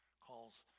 calls